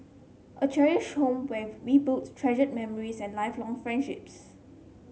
a cherished home where we build treasured memories and lifelong friendships